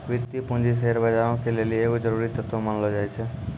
वित्तीय पूंजी शेयर बजारो के लेली एगो जरुरी तत्व मानलो जाय छै